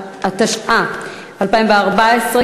התשע"ה 2014,